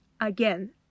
again